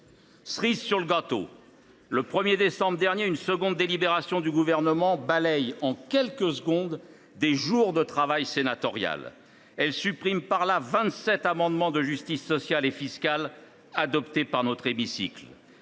Cerise sur le gâteau, le 1décembre dernier, une seconde délibération du Gouvernement balaie en quelques secondes des jours de travail sénatorial. Sont ainsi supprimés vingt sept amendements de justice sociale et fiscale adoptés par notre assemblée.